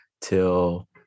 till